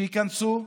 שייכנסו,